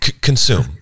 Consume